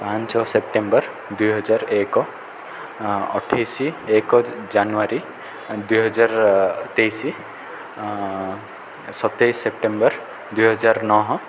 ପାଞ୍ଚ ସେପ୍ଟେମ୍ବର ଦୁଇହଜାର ଏକ ଅଠେଇଶି ଏକ ଜାନୁଆରୀ ଦୁଇହଜାର ତେଇଶି ସତେଇଶି ସେପ୍ଟେମ୍ବର ଦୁଇହଜାର ନହ